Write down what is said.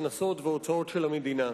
הכנסות והוצאות של המדינה.